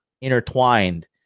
intertwined